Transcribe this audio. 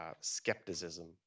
skepticism